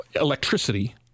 Electricity